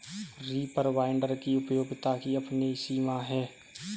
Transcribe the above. reaper binder की उपयोगिता की अपनी सीमा है